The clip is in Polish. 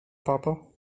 papo